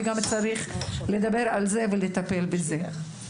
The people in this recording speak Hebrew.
וגם צריך לדבר על זה ולטפל בזה.